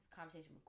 conversation